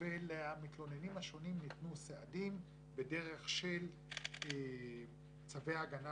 ולמתלוננים השונים ניתנו סעדים בדרך של צווי הגנה